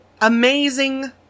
amazing